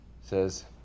says